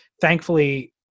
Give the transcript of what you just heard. Thankfully